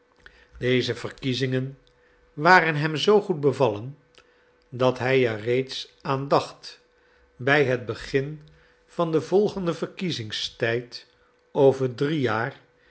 deze verkiezingen waren hem zoo goed bevallen dat hij er reeds aan dacht bij het begin van den volgenden verkiezingstijd over drie jaar